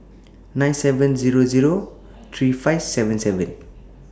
nine seven Zero Zero three five seven seven